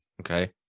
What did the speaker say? Okay